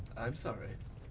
i'm sorry?